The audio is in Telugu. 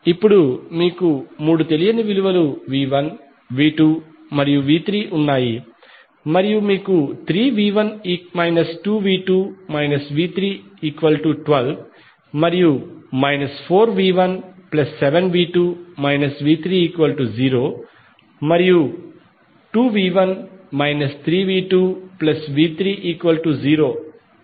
ఇప్పుడు మీకు మూడు తెలియని విలువలు V1V2 మరియు V3ఉన్నాయి మరియు మీకు 3V1 2V2 V312 మరియు 4V17V2 V30 మరియు 2V1 3V2V30 అనే మూడు సమీకరణాలు ఉన్నాయి